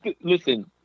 Listen